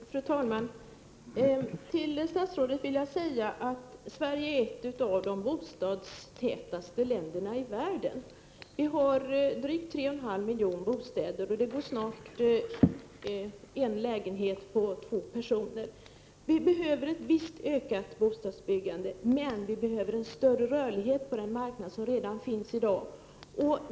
Fru talman! Till statsrådet vill jag säga att Sverige är ett av de bostadstätaste länderna i världen. Vi har drygt 3,5 miljoner bostäder, och det går snart en lägenhet på två personer. Vi behöver ett visst ökat bostadsbyggande, men vi behöver en större rörlighet på den marknad som finns redan i dag.